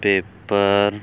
paper